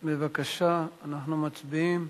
בבקשה, אנחנו מצביעים.